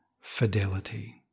fidelity